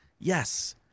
Yes